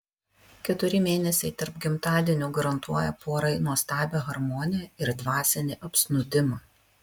keturi mėnesiai tarp gimtadienių garantuoja porai nuostabią harmoniją ir dvasinį apsnūdimą